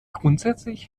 grundsätzlich